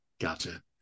gotcha